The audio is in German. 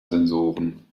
sensoren